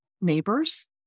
neighbors